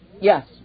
Yes